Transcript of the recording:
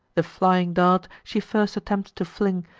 the flying dart she first attempts to fling,